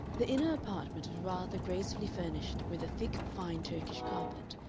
the inner apartment was rather gracefully furnished with a thick, fine turkish carpet,